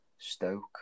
Stoke